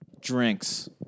Drinks